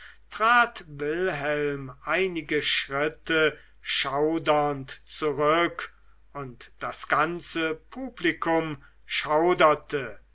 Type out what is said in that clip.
trat wilhelm einige schritte schaudernd zurück und das ganze publikum schauderte